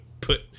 put